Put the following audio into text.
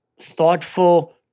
thoughtful